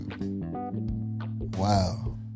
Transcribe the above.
wow